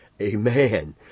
Amen